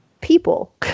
people